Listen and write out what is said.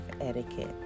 etiquette